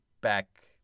back